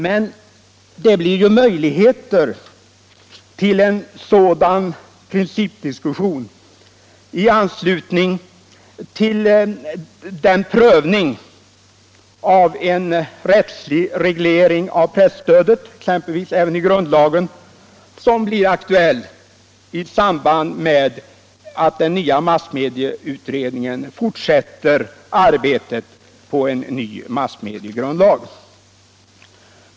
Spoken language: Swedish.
Men det blir ju möjligheter till en sådan principdiskussion i anslutning till den prövning av en rättslig reglering av presstödet — exempelvis även i grundlagen — som blir aktuell i samband med att den nya massmedieutredningen fortsätter arbetet med en ny massmediegrundlag.